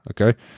okay